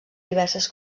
diverses